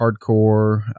hardcore